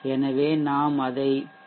எனவே நாம் அதை பி